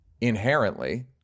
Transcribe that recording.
inherently